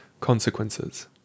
Consequences